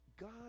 God